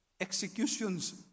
executions